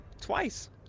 twice